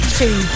two